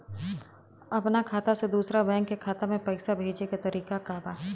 अपना खाता से दूसरा बैंक के खाता में पैसा भेजे के तरीका का बा?